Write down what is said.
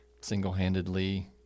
single-handedly